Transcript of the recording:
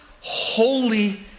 holy